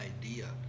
idea